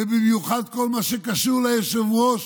ובמיוחד כל מה שקשור ליושב-ראש